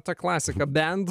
t klasika band